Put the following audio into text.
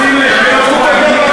שים לב,